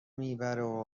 میبره